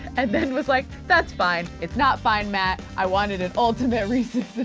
and then was like, that's fine. it's not fine matt. i wanted an ultimate reese's